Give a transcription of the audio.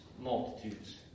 multitudes